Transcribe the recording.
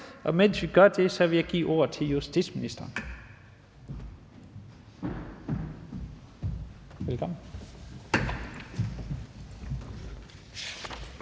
og mens vi gør det, vil jeg give ordet til justitsministeren. Velkommen.